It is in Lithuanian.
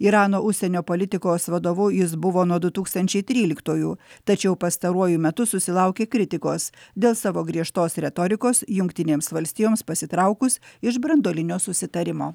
irano užsienio politikos vadovu jis buvo nuo du tūkstančiai tryliktųjų tačiau pastaruoju metu susilaukė kritikos dėl savo griežtos retorikos jungtinėms valstijoms pasitraukus iš branduolinio susitarimo